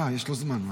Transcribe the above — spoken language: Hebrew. יש לו זמן.